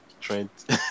Trent